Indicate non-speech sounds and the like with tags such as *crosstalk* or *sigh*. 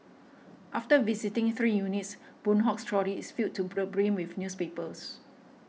after visiting three units Boon Hock's trolley is filled to *unintelligible* brim with newspapers